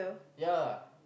yeah